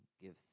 give